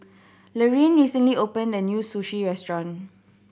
Laraine recently opened a new Sushi Restaurant